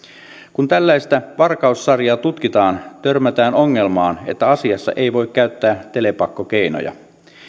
kun tällaista varkaussarjaa tutkitaan törmätään ongelmaan että asiassa ei voi käyttää telepakkokeinoja